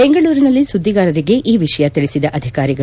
ಬೆಂಗಳೂರಿನಲ್ಲಿ ಸುದ್ದಿಗಾರರಿಗೆ ಈ ವಿಷಯ ತಿಳಿಸಿದ ಅಧಿಕಾರಿಗಳು